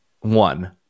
One